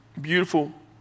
beautiful